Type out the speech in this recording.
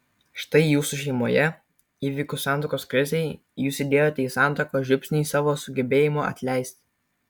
štai jūsų šeimoje įvykus santuokos krizei jūs įdėjote į santuoką žiupsnį savo sugebėjimo atleisti